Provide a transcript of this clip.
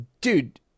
dude